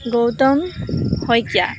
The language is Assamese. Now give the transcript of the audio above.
গৌতম শইকীয়া